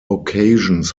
occasions